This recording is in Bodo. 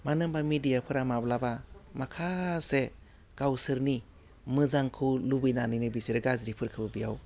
मानो होनबा मेडियाफोरा माब्लाबा माखासे गावसोरनि मोजांखौ लुबैनानैनो बिसोरो गाज्रिफोरखौ बेयाव